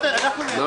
לא, לא,